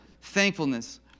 thankfulness